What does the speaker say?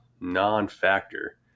non-factor